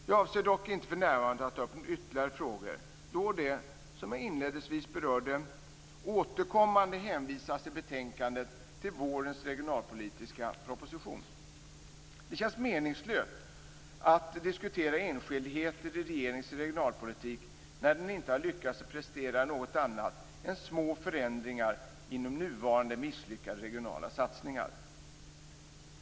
Jag avser dock inte för närvarande att ta upp ytterligare frågor då det, som jag inledningsvis berörde, återkommande hänvisas i betänkandet till vårens regionalpolitiska proposition. Det känns meningslöst att diskutera enskildheter i regeringens regionalpolitik när den inte har lyckats att prestera något annat än små förändringar inom nuvarande misslyckade regionala satsningar.